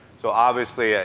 so obviously,